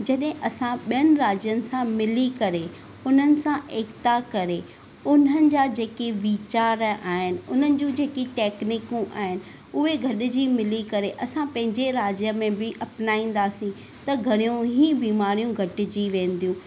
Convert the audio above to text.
जॾहिं असां ॿियनि राज्यनि सां मिली करे उन्हनि सां एकता करे उन्हनि जा जेके विचार आहिनि उन्हनि जूं जेकी टेकनीकूं आहिनि उहे गॾिजी मिली करे असां पंहिंजे राज्य में बि अपनाईंदासीं त घणियूं ई बीमारियूं घटि जी वेंदियूं